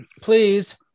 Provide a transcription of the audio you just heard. please